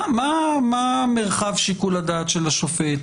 מה מרחב שיקול הדעת של השופט?